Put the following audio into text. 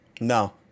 No